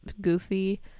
goofy